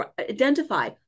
identify